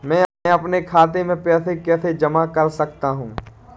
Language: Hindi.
मैं अपने खाते में पैसे कैसे जमा कर सकता हूँ?